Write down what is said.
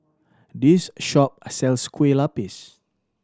this shop sells Kueh Lapis